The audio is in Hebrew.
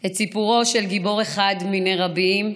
את סיפורו של גיבור אחד מני רבים,